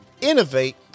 innovate